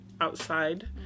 outside